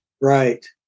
Right